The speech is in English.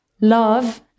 love